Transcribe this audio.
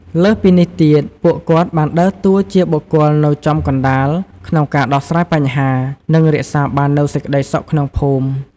លើសពីនេះទៀត ពួកគាត់បានដើរតួជាបុគ្គលនៅចំកណ្តាលក្នុងការដោះស្រាយបញ្ហា និងរក្សាបាននូវសេចក្ដីសុខក្នុងភូមិ។